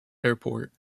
airport